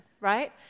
right